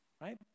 right